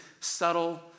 subtle